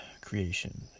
creation